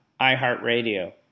iHeartRadio